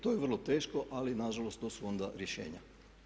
To je vrlo teško ali nažalost to su onda rješenja.